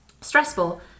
stressful